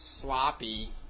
sloppy